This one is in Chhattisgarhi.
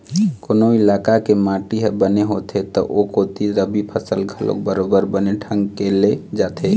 कोनो इलाका के माटी ह बने होथे त ओ कोती रबि फसल घलोक बरोबर बने ढंग के ले जाथे